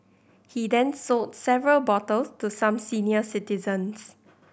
he then sold several bottles to some senior citizens